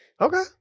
Okay